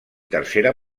tercera